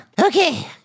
Okay